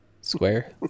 Square